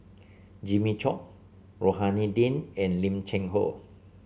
Jimmy Chok Rohani Din and Lim Cheng Hoe